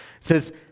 says